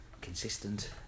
Consistent